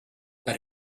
that